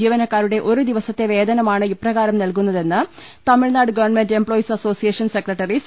ജീവന ക്കാരുടെ ഒരുദിവസത്തെ വേതനമാണ് ഇപ്രകാരം നൽകുന്നതെന്ന് Tamil Nadu government employees association secretary C